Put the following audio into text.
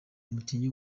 umukinnyi